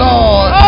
Lord